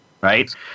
Right